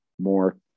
more